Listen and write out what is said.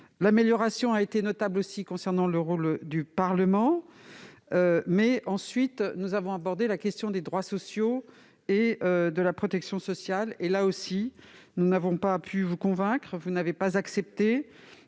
L'amélioration a été notable, aussi, concernant le rôle du Parlement. Mais quand nous avons abordé la question des droits sociaux et de la protection sociale, nous ne vous avons pas non plus convaincus. Vous n'avez accepté